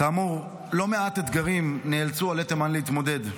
כאמור, עם לא מעט אתגרים נאלצו עולי תימן להתמודד,